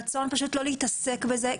רצון פשוט לא להתעסק בזה,